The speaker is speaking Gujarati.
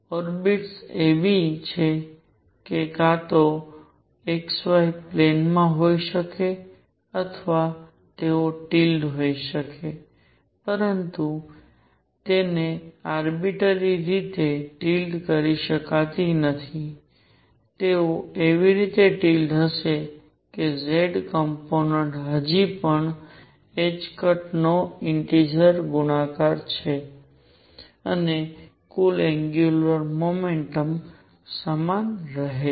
ઓર્બિટ્સ એવી છે કે તે કાં તો x y પ્લેનમાં હોઈ શકે છે અથવા તેઓ ટીલ્ડ હોઈ શકે છે પરંતુ તેમને આર્બીટ્રારી રીતે ટીલ્ડ કરી શકાતી નથી તેઓ એવી રીતે ટીલ્ડ હશે કે z કોમ્પોનેંટ હજી પણ નો એક ઇંટીજર ગુણાકાર છે અને કુલ એંગ્યુંલર મોમેન્ટમ સમાન રહે છે